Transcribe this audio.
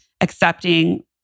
accepting